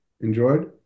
enjoyed